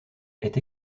est